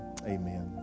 Amen